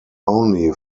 only